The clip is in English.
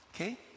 Okay